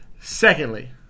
Secondly